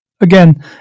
Again